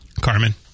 Carmen